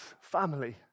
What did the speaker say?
family